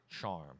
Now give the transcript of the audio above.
charm